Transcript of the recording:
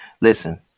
listen